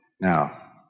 Now